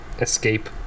escape